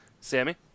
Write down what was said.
Sammy